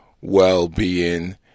well-being